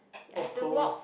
of course